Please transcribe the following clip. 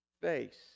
face